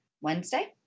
Wednesday